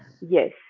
Yes